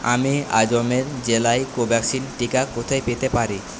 আমি আজমের জেলায় কোভ্যাক্সিন টিকা কোথায় পেতে পারি